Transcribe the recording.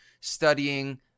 studying